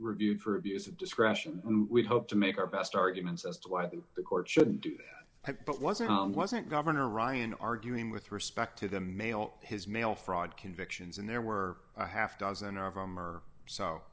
reviewed for abuse of discretion we hope to make our best arguments as to why the court shouldn't have but wasn't on wasn't governor ryan arguing with respect to the mail his mail fraud convictions and there were a half dozen of them or so